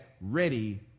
ready